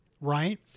right